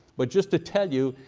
but just to tell you,